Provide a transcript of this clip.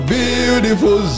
beautiful